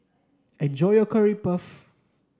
enjoy your Curry Puff